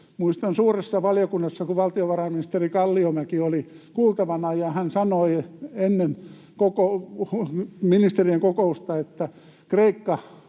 Muistan, kun suuressa valiokunnassa valtiovarainministeri Kalliomäki oli kuultavana ja hän sanoi ennen ministeriön kokousta, että Kreikassa